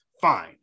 fine